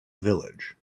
village